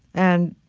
and